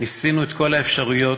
ניסינו את כל האפשרויות.